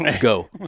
Go